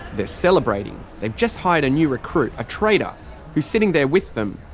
they're celebrating. they've just hired a new recruit, a trader who's sitting there with them.